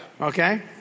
Okay